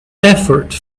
efforts